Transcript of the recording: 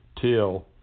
till